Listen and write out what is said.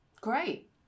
great